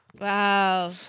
Wow